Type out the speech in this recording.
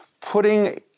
putting